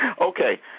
Okay